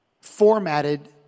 formatted